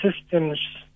systems